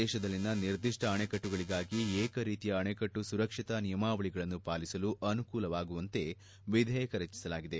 ದೇತದಲ್ಲಿನ ನಿರ್ಧಿಷ್ನ ಅಣೆಕಟ್ಲುಗಳಗಾಗಿ ಏಕರೀತಿಯ ಅಣೆಕಟ್ಲು ಸುರಕ್ಷತಾ ನಿಯಮಾವಳಗಳನ್ನು ಪಾಲಿಸಲು ಅನುವಾಗುವಂತೆ ವಿಧೇಯಕ ರಚಿಸಲಾಗಿದೆ